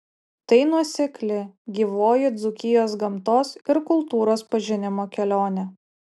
tai nuosekli gyvoji dzūkijos gamtos ir kultūros pažinimo kelionė